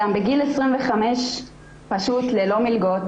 אתה בגיל 25 פשוט ללא מלגות,